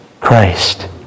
Christ